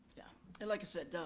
yeah and like i said,